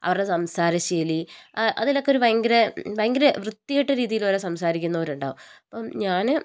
അവരുടെ സംസാരശൈലി അതിലക്കൊരു ഭയങ്കര ഭയങ്കര വൃത്തിക്കെട്ട രീതിയിൽ വരെ സംസാരിക്കുന്നവരുണ്ടാവും ഇപ്പം ഞാൻ